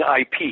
IP